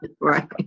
Right